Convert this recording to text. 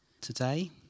today